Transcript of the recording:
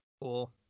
Cool